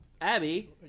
Abby